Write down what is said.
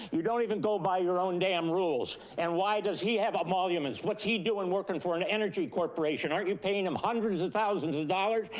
you don't even go by your own damn rules. and why does he have emoluments? what's he doing working for an energy corporation? aren't you paying him hundreds of thousands of dollars?